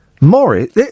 Morris